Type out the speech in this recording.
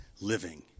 living